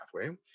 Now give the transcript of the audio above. pathway